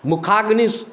मुखाग्नि